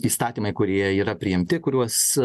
įstatymai kurie yra priimti kuriuos